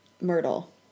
Myrtle